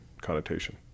connotation